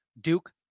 Duke